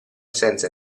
senza